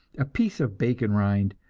a piece of bacon rind,